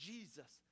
Jesus